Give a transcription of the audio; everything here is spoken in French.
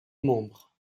membres